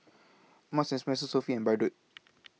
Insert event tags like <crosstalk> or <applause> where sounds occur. Marks and Spencer Sofy and Bardot <noise>